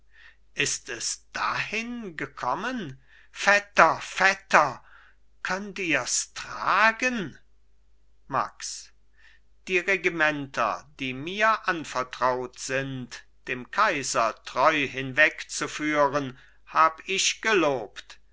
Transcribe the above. ist es dahin gekommen vetter vetter könnt ihrs tragen max die regimenter die mir anvertraut sind dem kaiser treu hinwegzuführen hab ich gelobt